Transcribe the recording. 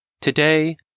Today